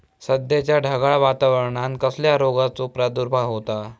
सध्याच्या ढगाळ वातावरणान कसल्या रोगाचो प्रादुर्भाव होता?